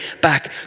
back